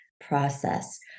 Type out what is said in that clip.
process